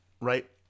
right